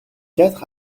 quatre